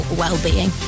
well-being